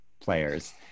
players